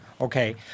Okay